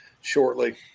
Shortly